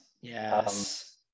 Yes